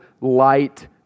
light